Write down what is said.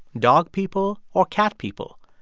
dog people or cat people,